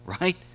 Right